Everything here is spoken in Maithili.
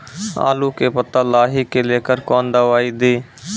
आलू के पत्ता लाही के लेकर कौन दवाई दी?